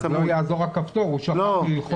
אז לא יעזור הכפתור, הוא שכח ללחוץ.